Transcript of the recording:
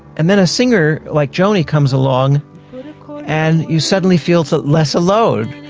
and then a singer like joni comes along and you suddenly feel so less alone.